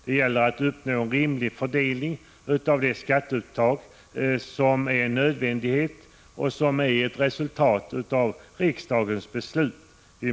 Det gäller att uppnå en rimlig fördelning efter bärkraft av de skatteuttag som är en nödvändighet och ett resultat av riksdagens beslut.